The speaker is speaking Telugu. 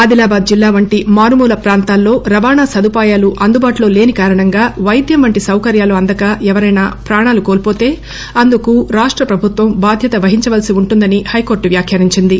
ఆదిలాబాద్ జిల్లా వంటి మారు మూల ప్రాంతాల్లో రవాణా సదుపాయాలు అందుబాటులో లేని కారణంగా వైద్యం వంటి సౌకర్యాలు అందక ఎవరైనా ప్రాణాలు కోల్పోతే అందుకు ప్రభుత్వం బాధ్యత వహించవలసి వుంటుందని హైకోర్టు వ్యాఖ్యానించింది